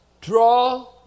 Draw